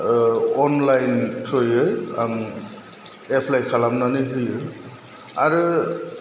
online थ्रयै आं apply खालामनानै होयो आरो